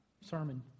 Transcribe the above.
sermon